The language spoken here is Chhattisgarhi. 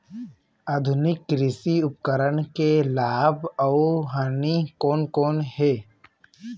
आधुनिक कृषि उपकरण के लाभ अऊ हानि कोन कोन हे?